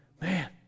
man